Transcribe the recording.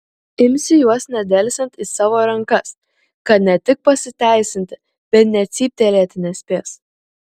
imsiu juos nedelsiant į savo rankas kad ne tik pasiteisinti bet net cyptelėti nespės